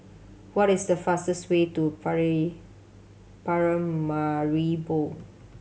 what is the fastest way to Paramaribo